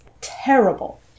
terrible